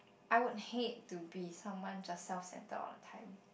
I would hate to be someone just self centred all the time